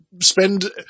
spend